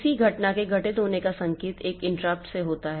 किसी घटना के घटित होने का संकेत एक इंटरप्ट से होता है